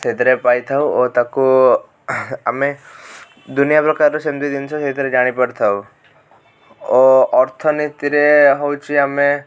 ସେଥିରେ ପାଇ ଥାଉ ଓ ତାକୁ ଆମେ ଦୁନିଆ ପ୍ରକାର ସେମତି ଜିନିଷ ଆମେ ଜାଣି ପାରି ଥାଉ ଓ ଅର୍ଥନୀତିରେ ହେଉଛି ଆମେ